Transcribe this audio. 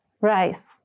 rice